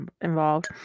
involved